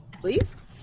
Please